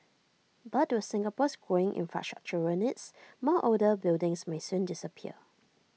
but with Singapore's growing infrastructural needs more older buildings may soon disappear